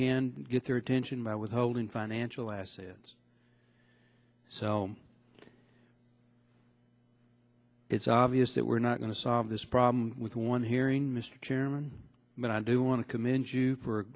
can get their attention by withholding financial assets so it's obvious that we're not going to solve this problem with one hearing mr chairman but i do want to commend you for